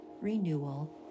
Renewal